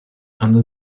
under